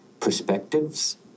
perspectives